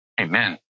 Amen